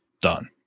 done